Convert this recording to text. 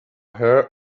her